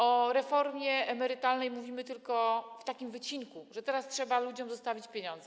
O reformie emerytalnej mówimy tylko w takim wycinku, że teraz trzeba ludziom zostawić pieniądze.